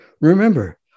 Remember